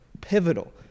pivotal